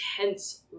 intense